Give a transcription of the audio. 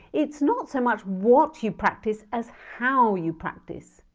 it's not so much what you practice as how you practice